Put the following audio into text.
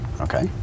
Okay